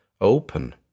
open